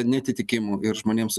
neatitikimų ir žmonėms